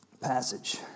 passage